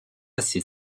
ces